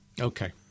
Okay